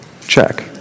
Check